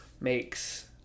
makes